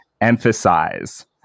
emphasize